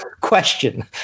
question